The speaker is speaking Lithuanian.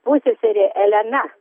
pusseserė elena